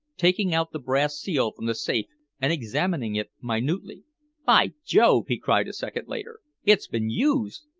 taking out the brass seal from the safe and examining it minutely. by jove! he cried a second later, it's been used!